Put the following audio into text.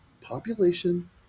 population